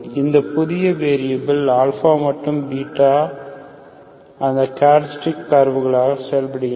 இந்த புதிய வெரியபில் மற்றும் β அந்த கேராக்டரிஸ்டிக் கர்வ்களாக செயல்படுகின்றன